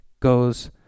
goes